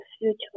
future